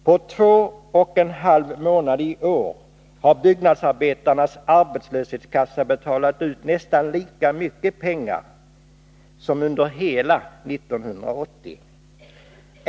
På två och en halv månad i år har byggnadsarbetarnas arbetslöshetskassa betalat ut nästan lika mycket pengar som under hela 1980.